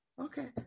Okay